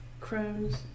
Crohn's